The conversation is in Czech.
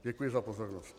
Děkuji za pozornost.